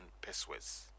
pesos